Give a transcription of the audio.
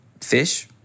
fish